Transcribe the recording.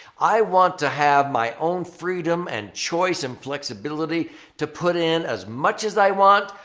i want to have my own freedom and choice and flexibility to put in as much as i want,